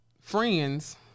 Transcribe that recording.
friends